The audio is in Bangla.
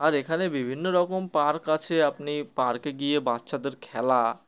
আর এখানে বিভিন্ন রকম পার্ক আছে আপনি পার্কে গিয়ে বাচ্চাদের খেলা